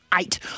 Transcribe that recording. eight